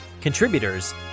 contributors